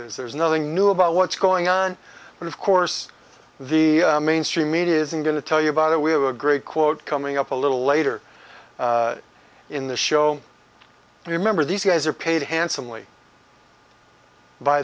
is there's nothing new about what's going on and of course the mainstream media isn't going to tell you about it we have a great quote coming up a little later in the show remember these guys are paid handsomely by